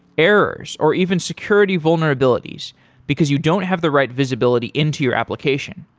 errors or even security vulnerabilities because you don't have the right visibility into your application?